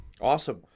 awesome